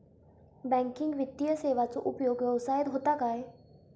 Banking वित्तीय सेवाचो उपयोग व्यवसायात होता काय?